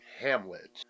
Hamlet